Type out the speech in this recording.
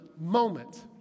moment